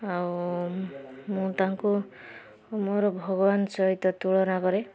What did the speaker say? ଆଉ ମୁଁ ତାଙ୍କୁ ମୋର ଭଗବାନ ସହିତ ତୁଳନା କରେ